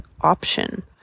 option